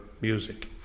music